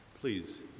Please